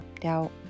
doubt